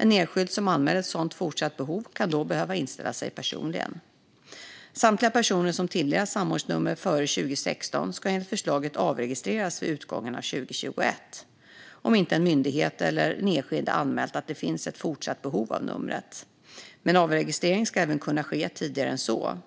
En enskild som anmäler ett sådant fortsatt behov kan då behöva inställa sig personligen. Samtliga personer som tilldelats samordningsnummer före 2016 ska enligt förslaget avregistreras vid utgången av 2021, om inte en myndighet eller den enskilde har anmält att det finns ett fortsatt behov av numret. Men avregistrering ska även kunna ske tidigare än så.